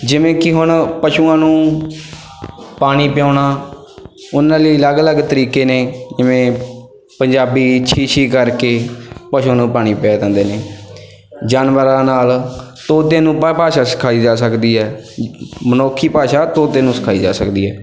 ਜਿਵੇਂ ਕਿ ਹੁਣ ਪਸ਼ੂਆਂ ਨੂੰ ਪਾਣੀ ਪਿਲਾਉਣਾ ਉਹਨਾਂ ਲਈ ਅਲੱਗ ਅਲੱਗ ਤਰੀਕੇ ਨੇ ਜਿਵੇਂ ਪੰਜਾਬੀ ਛੀ ਛੀ ਕਰਕੇ ਪਸ਼ੂਆਂ ਨੂੰ ਪਾਣੀ ਪਿਲਾ ਦਿੰਦੇ ਨੇ ਜਾਨਵਰਾਂ ਨਾਲ ਤੋਤੇ ਨੂੰ ਭਾ ਭਾਸ਼ਾ ਸਿਖਾਈ ਜਾ ਸਕਦੀ ਹੈ ਮਨੁੱਖੀ ਭਾਸ਼ਾ ਤੋਤੇ ਨੂੰ ਸਿਖਾਈ ਜਾ ਸਕਦੀ ਹੈ